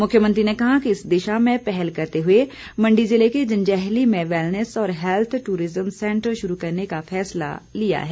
मुख्यमंत्री ने कहा कि इस दिशा में पहल करते हुए मंडी जिले के जंजैहली में वैलनेस और हेल्थ टूरिज्म सेंटर शुरू करने का फैसला लिया है